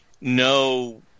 no